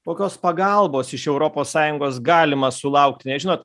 kokios pagalbos iš europos sąjungos galima sulaukti nes žinot